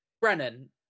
Brennan